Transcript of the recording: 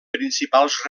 principals